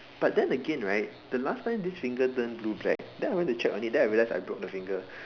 but then again right the last time this finger turned blue black then I went to check on it then I realised I broke the finger